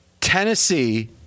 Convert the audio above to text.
Tennessee